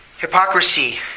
hypocrisy